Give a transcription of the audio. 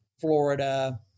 Florida